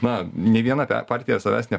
na nei viena partija savęs ne